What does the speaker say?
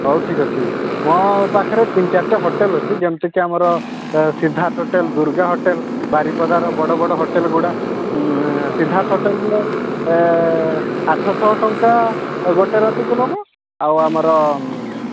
ହେଉ ଠିକ୍ ଅଛି ମୋ ପାଖରେ ତିନି ଚାରିଟା ହୋଟେଲ୍ ଅଛି ଯେମିତି କି ଆମର ସିଦ୍ଧାର୍ଥ ହୋଟେଲ୍ ଦୁର୍ଗା ହୋଟେଲ୍ ବାରିପଦାର ବଡ଼ ବଡ଼ ହୋଟେଲ୍ଗୁଡ଼ା ସିଦ୍ଧାର୍ଥ ହୋଟେଲ୍ରେ ଆଠଶହ ଟଙ୍କା ଗୋଟିଏ ରାତିକୁ ନେବ ଆଉ ଆମର